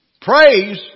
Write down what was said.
Praise